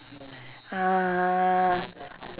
uh